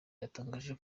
yatangaje